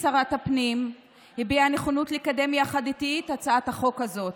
שרת הפנים הביעה נכונות לקדם יחד איתי את הצעת החוק הזאת.